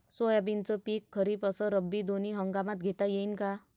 सोयाबीनचं पिक खरीप अस रब्बी दोनी हंगामात घेता येईन का?